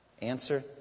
answer